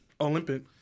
Olympic